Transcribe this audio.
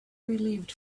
relieved